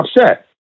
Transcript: upset